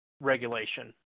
regulation